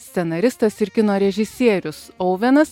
scenaristas ir kino režisierius auvenas